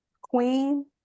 queen